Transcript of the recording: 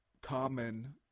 common